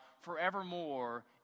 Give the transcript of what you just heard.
forevermore